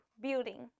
building